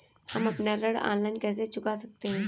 हम अपना ऋण ऑनलाइन कैसे चुका सकते हैं?